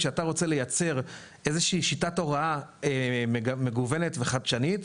כשאתה רוצה לייצר איזה שהיא שיטת הוראה מגוונת וחדשנית,